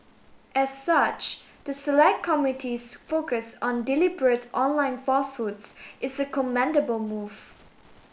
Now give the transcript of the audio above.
as such the select committee's focus on deliberate online falsehoods is a commendable move